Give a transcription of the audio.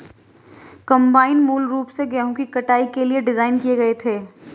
combine मूल रूप से गेहूं की कटाई के लिए डिज़ाइन किए गए थे